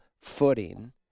footing